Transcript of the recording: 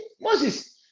Moses